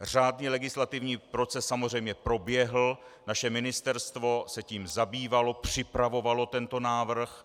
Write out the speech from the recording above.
Řádný legislativní proces samozřejmě proběhl, naše ministerstvo se tím zabývalo, připravovalo tento návrh.